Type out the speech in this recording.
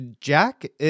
Jack